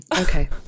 Okay